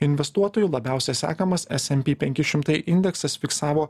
investuotojų labiausia sekamas esempy penki šimtai indeksas fiksavo